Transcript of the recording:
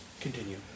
Continue